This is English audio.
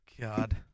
God